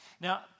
Now